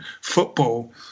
football